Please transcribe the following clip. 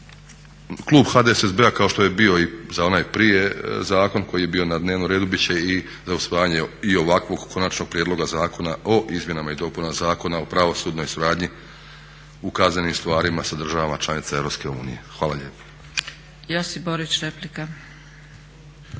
Klub HDSSB-a kao što je bio i za onaj prije zakon koji je bio na dnevnom redu, bit će i za usvajanje i ovakvog konačnog prijedloga zakona o izmjenama i dopunama zakona o pravosudnoj suradnji u kaznenim stvarima sa državama članicama Europske unije. Hvala lijepo. **Zgrebec, Dragica